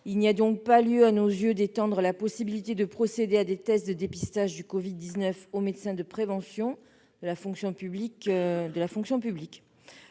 Il n'y a donc pas lieu, à nos yeux, d'étendre la faculté de procéder à des tests de dépistage du Covid-19 aux médecins de prévention de la fonction publique,